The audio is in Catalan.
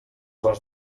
les